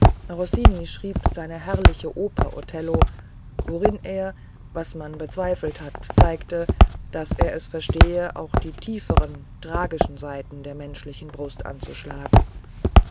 schrieb seine herrliche oper othello worin er was man bezweifelt hatte zeigte daß er es verstehe auch die tieferen tragischen saiten der menschlichen brust anzuschlagen